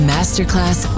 Masterclass